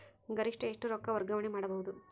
ಗರಿಷ್ಠ ಎಷ್ಟು ರೊಕ್ಕ ವರ್ಗಾವಣೆ ಮಾಡಬಹುದು?